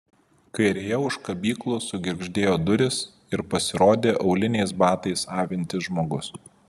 kairėje už kabyklų sugirgždėjo durys ir pasirodė auliniais batais avintis žmogus